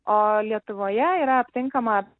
o lietuvoje yra aptinkama